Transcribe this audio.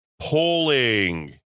Polling